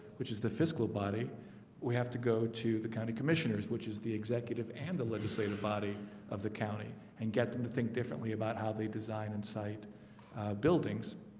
which is the fiscal body we have to go to the county commissioners which is the executive and the legislative body of the county and get them to think differently about how they design in site buildings.